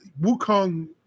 Wukong